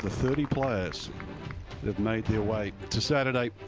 ah thirty players that made their way to saturday.